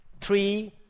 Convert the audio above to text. three